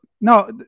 No